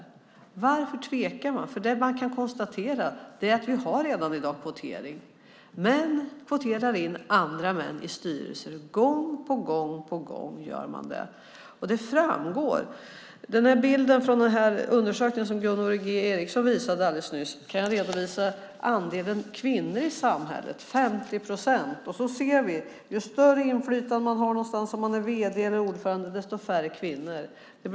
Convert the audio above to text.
Vad vi kan konstatera är att vi redan i dag har kvotering. Män kvoterar in andra män i styrelser. Gång på gång gör man det. Den bild som Gunvor G Ericson visade alldeles nyss visar andelen kvinnor i samhället, 50 procent. Och vi ser att ju större inflytandet är som vd eller ordförande, desto färre kvinnor är det.